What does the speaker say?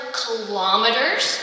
kilometers